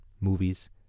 movies